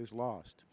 is lost